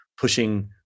pushing